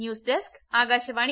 news desk Akashvani